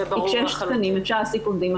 כי כשיש תקנים, אפשר להעסיק עובדים.